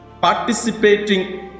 participating